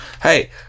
Hey